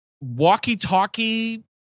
walkie-talkie